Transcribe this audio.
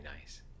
nice